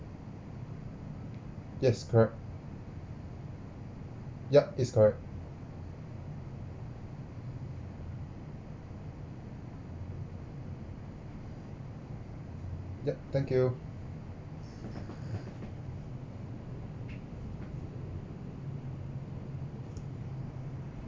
yes correct yup it's correct yup thank you